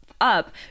up